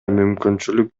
мүмкүнчүлүк